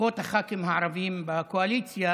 לפחות הח"כים הערבים בקואליציה